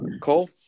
Cole